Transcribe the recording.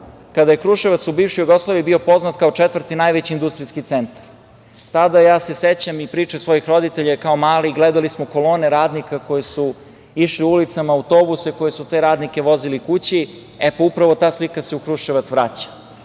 kada je Kruševac u bivšoj Jugoslaviji bio poznat kao četvrti najveći industrijski centar. Ja se sećam i priče svojih roditelja, kao mali, gledali smo kolone radnika koji su išli ulicama, autobuse koje su te radnike vozili kući. Upravo se ta slika u Kruševac vraća.I,